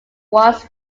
once